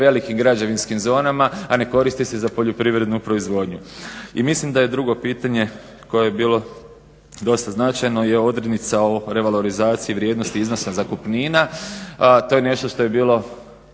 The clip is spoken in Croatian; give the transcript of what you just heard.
prevelikim građevinskim zonama a ne koristi se za poljoprivrednu proizvodnju. I mislim da je drugo pitanje koje je bilo dosta značajno je odrednica o revalorizaciji vrijednosti iznosa zakupnina. To je nešto što je bilo